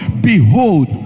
behold